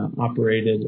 operated